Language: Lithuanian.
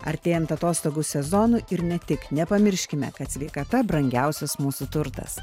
artėjant atostogų sezonui ir ne tik nepamirškime kad sveikata brangiausias mūsų turtas